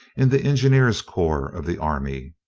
in the engineers' corps of the army.